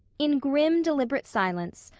in grim, deliberate silence,